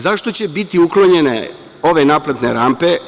Zašto će biti uklonjene ove naplatne rampe?